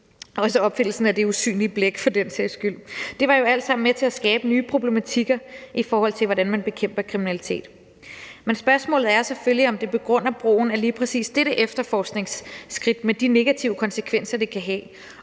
også opfindelsen af det usynlige blæk for den sags skyld. Det var jo alt sammen med til at skabe nye problematikker, i forhold til hvordan man bekæmper kriminalitet, men spørgsmålet er selvfølgelig, om det begrunder brugen af lige præcis dette efterforskningsskridt med de negative konsekvenser, det kan have,